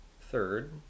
Third